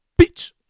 Bitch